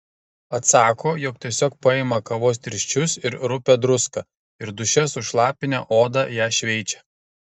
atsako jog tiesiog paima kavos tirščius ar rupią druską ir duše sušlapinę odą ją šveičia